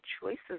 choices